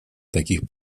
таких